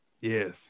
yes